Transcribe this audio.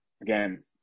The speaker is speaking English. Again